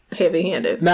heavy-handed